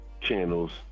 channels